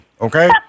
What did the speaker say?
Okay